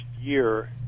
year